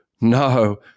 no